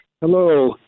Hello